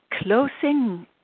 closing